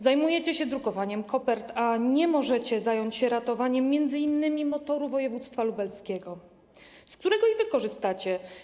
Zajmujecie się drukowaniem kopert, a nie możecie zająć się ratowaniem m.in. motoru województwa lubelskiego, z którego i wy korzystacie.